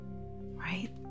Right